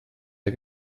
der